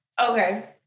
Okay